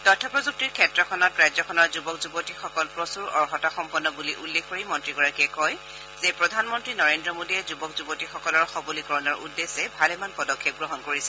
তথ্য প্ৰযুক্তিৰ ক্ষেত্ৰখনত ৰাজ্যখনৰ যুৱক যুৱতীসকল প্ৰচূৰ অৰ্হতাসম্পন্ন বুলি উল্লেখ কৰি মন্ত্ৰীগৰাকীয়ে কয় যে প্ৰধানমন্ত্ৰী নৰেন্দ্ৰ মোদীয়ে যুৱক যুৱতীসকলৰ সৱলীকৰণৰ উদ্দেশ্যে ভালেমান পদক্ষেপ গ্ৰহণ কৰিছে